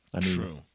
True